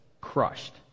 crushed